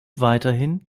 weiterhin